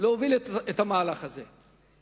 להוביל את המהלך הזה.